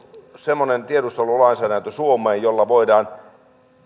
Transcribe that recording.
semmoinen tiedustelulainsäädäntö jolla voidaan